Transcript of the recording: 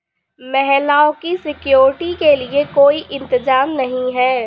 महिलाओं की सिक्योरिटी के लिए कोई इंतजाम नहीं है